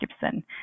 Gibson